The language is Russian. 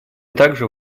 также